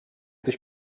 sich